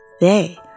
They